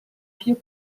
più